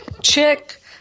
chick